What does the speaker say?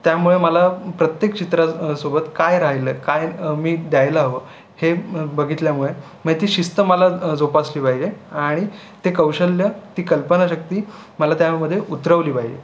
त्यामुळे मला प्रत्येक चित्रा सोबत काय राहिलं आहे काय मी द्यायला हवं हे बघितल्यामुळे म्हए ती शिस्त मला जोपासली पाहिजे आणि ते कौशल्य ती कल्पनाशक्ती मला त्यामध्ये उतरवली पाहिजे